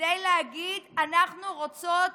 כדי להגיד: אנחנו רוצות